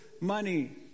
money